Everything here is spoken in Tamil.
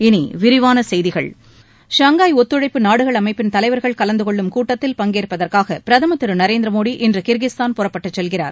இனி விரிவான செய்திகள் ஷாங்காய் ஒத்துழைப்பு அமைப்பு நாடுகளின் தலைவர்கள் கலந்து கொள்ளும் கூட்டத்தில் பங்கேற்பதற்காக பிரதமர் திரு நரேந்திர மோடி இன்று கிர்கிஸ்தான் புறப்பட்டுச் செல்கிறார்